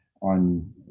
on